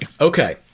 Okay